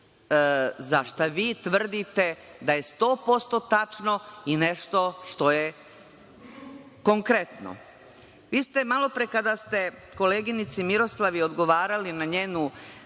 za šta vi tvrdite da je 100% tačno i nešto što je konkretno. Vi ste malopre kada ste koleginici Miroslavi odgovarali na njenu